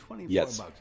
Yes